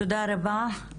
תודה רבה.